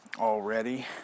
already